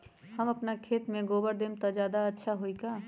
हम अपना खेत में गोबर देब त ज्यादा अच्छा होई का?